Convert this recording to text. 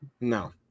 No